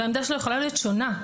והעמדה שלו יכולה להיות שונה.